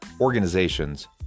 organizations